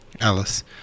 Alice